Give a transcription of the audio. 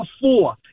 four